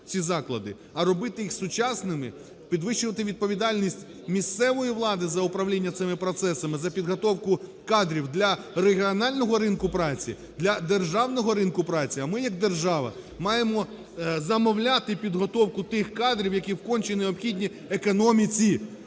а робити їх сучасними, підвищувати відповідальність місцевої влади за управління цими процесами, за підготовку кадрів для регіонального ринку праці, для державного ринку праці. А ми, як держава, маємо замовляти підготовку тих кадрів, які конче необхідні економіці.